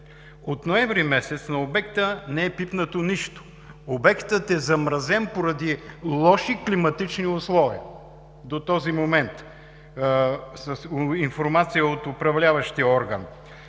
ноември на обекта не е пипнато нищо. Обектът е замразен поради „лоши климатични условия“ до този момент по информация от управляващия орган.